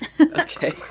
Okay